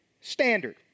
standard